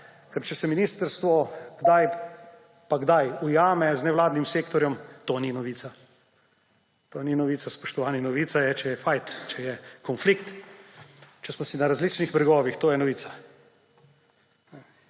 Ker če se ministrstvo kdaj pa kdaj ujame z nevladnim sektorjem, to ni novica. To ni novica, spoštovani. Novica je, če je fajt, če je konflikt, če smo si na različnih bregovih – to je novica!